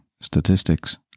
statistics